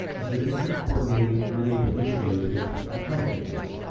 is the district coordinating early release days with athletic events?